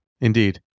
Indeed